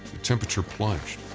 temperature plunged,